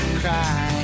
cry